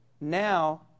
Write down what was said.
now